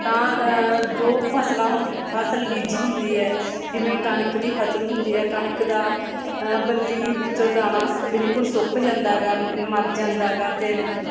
ਤਾਂ ਜੋ ਫਸਲਾਂ ਫਸਲ ਬੀਜੀ ਹੁੰਦੀ ਹੈ ਜਿਵੇਂ ਕਣਕ ਦੀ ਫਸਲ ਹੁੰਦੀ ਹੈ ਕਣਕ ਦਾ ਬੱਲੀ ਵਿੱਚੋਂ ਦਾਣਾ ਬਿਲਕੁਲ ਸੁੱਕ ਜਾਂਦਾ ਗਾ ਮਰ ਜਾਂਦਾ ਗਾ ਅਤੇ